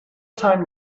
time